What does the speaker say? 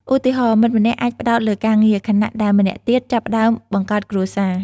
ឧទាហរណ៍ មិត្តម្នាក់អាចផ្ដោតលើការងារ ខណៈដែលម្នាក់ទៀតចាប់ផ្ដើមបង្កើតគ្រួសារ។